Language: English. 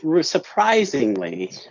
surprisingly